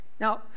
Now